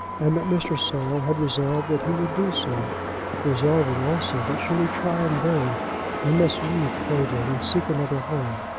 and that mr. saul had resolved that he would do so resolving, also, that should he try in vain he must leave clavering, and seek another home.